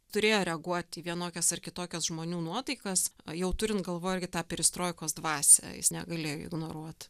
turėjo reaguoti į vienokias ar kitokias žmonių nuotaikas o jau turint galvoj irgi tą perestroikos dvasią jis negalėjo ignoruot